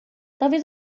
talvez